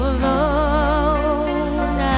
alone